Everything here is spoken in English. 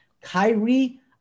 Kyrie